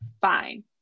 Fine